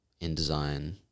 InDesign